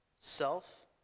self